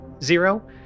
Zero